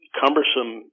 cumbersome